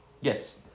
Yes